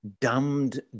dumbed